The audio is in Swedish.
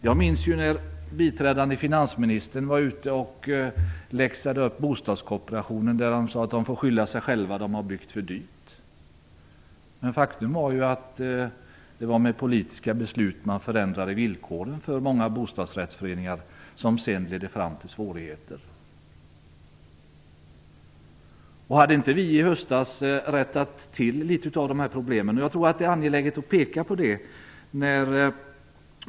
Jag minns när biträdande finansministern var ute och läxade upp bostadskooperationen och sade att man fick skylla sig själv, eftersom man hade byggt för dyrt. Faktum var att man med politiska beslut förändrade villkoren för många bostadsrättsföreningar. Det ledde sedan fram till svårigheter.